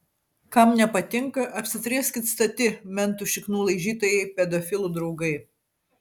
kam nepatinka apsitrieskit stati mentų šiknų laižytojai pedofilų draugai